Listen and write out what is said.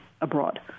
abroad